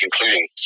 including